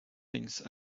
things